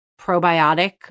probiotic